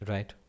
Right